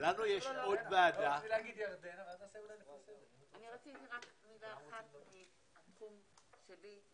רציתי רק נקודה אחת מהתחום שלי.